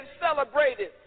celebrated